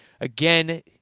again